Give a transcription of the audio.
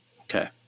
Okay